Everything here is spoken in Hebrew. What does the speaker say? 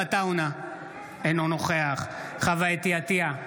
אינו נוכח חוה אתי עטייה,